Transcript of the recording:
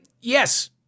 Yes